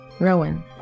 Rowan